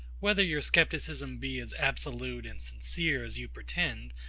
whether your scepticism be as absolute and sincere as you pretend,